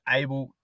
able